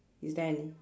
is there any